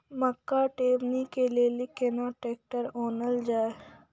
मक्का टेबनी के लेली केना ट्रैक्टर ओनल जाय?